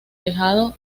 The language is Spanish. tejado